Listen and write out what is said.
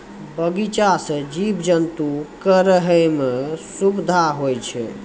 बगीचा सें जीव जंतु क रहै म सुबिधा होय छै